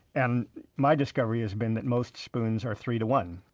and my discovery has been that most spoons are three to one.